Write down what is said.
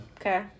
Okay